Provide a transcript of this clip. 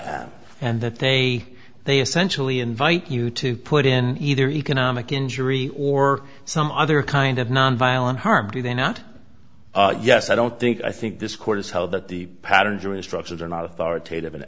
and that they they essentially invite you to put in either economic injury or some other kind of nonviolent harm do they not yes i don't think i think this court has held that the pattern jury instructions are not authoritative